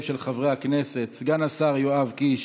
של חברי הכנסת סגן השר יואב קיש,